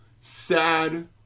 sad